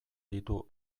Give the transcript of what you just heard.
ditu